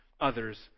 others